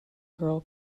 girl